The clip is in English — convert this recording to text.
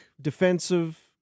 defensive